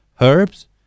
herbs